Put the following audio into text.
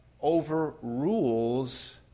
overrules